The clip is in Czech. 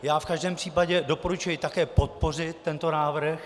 Já v každém případě doporučuji také podpořit tento návrh.